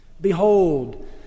Behold